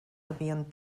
havien